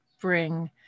bring